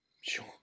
Sure